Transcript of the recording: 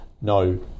no